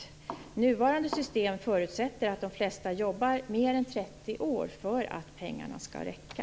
Det nuvarande systemet förutsätter att de flesta jobbar mer än 30 år för att pengarna skall räcka.